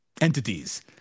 entities